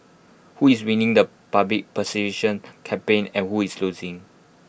who is winning the public perception campaign and who is losing